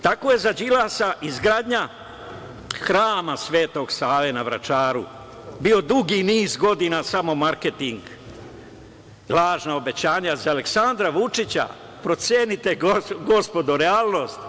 Tako je za Đilasa izgradnja hrama Svetog Save na Vračaru bio dugi niz godina samo marketing, lažna obećanja, a za Aleksandra Vučića, procenite gospodo, realnost.